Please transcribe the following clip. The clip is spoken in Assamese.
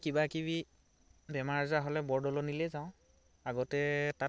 কিবাকিবি বেমাৰ আজাৰ হ'লে বৰদলনিলেই যাওঁ আগতে তাত